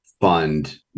fund